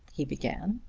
he began.